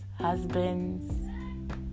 husbands